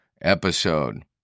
episode